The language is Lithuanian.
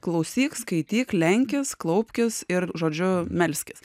klausyk skaityk lenkis klaupkis ir žodžiu melskis